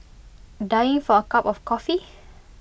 dying for A cup of coffee